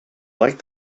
liked